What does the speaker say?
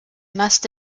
must